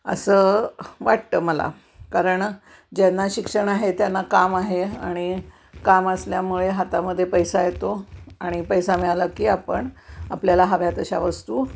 असं वाटतं मला कारण ज्यांना शिक्षण आहे त्यांना काम आहे आणि काम असल्यामुळे हातामध्ये पैसा येतो आणि पैसा मिळाला की आपण आपल्याला हव्या तशा वस्तू